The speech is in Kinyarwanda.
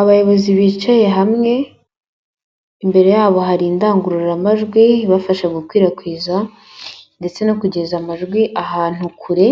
Abayobozi bicaye hamwe, imbere yabo hari indangururamajwi ibafasha gukwirakwiza ndetse no kugeza amajwi ahantu kure,